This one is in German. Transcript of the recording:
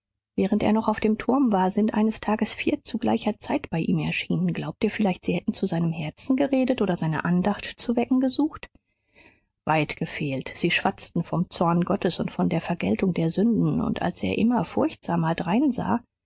während er noch auf dem turm war sind eines tages vier zu gleicher zeit bei ihm erschienen glaubt ihr vielleicht sie hätten zu seinem herzen geredet oder seine andacht zu wecken gesucht weit gefehlt sie schwatzten vom zorn gottes und von der vergeltung der sünden und als er immer furchtsamer dreinsah